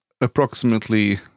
approximately